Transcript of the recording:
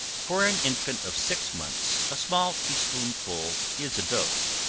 for an infant of six months, a small tea-spoonful is a dose,